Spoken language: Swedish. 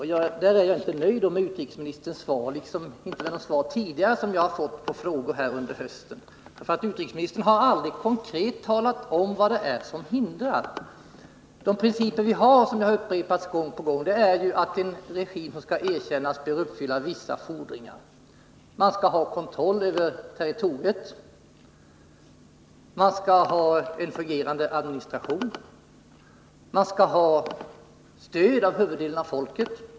På den punkten är jag inte nöjd med utrikesministerns svar, liksom inte heller med de svar som jag tidigare fått på frågor under hösten. Utrikesministern har aldrig konkret talat om vad det är för hinder som ligger i vägen. De principer vi har och som har upprepats gång på gång är att en regim som skall erkännas bör uppfylla vissa fordringar. Den skall ha kontroll över territoriet. Den skall ha en fungerande administration. Den skall ha stöd av huvuddelen av befolkningen.